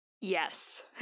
Yes